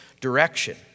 direction